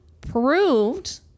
proved